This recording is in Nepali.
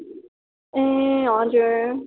ए हजुर